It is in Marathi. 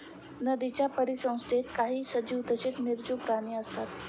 नदीच्या परिसंस्थेत काही सजीव तसेच निर्जीव प्राणी असतात